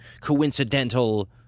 coincidental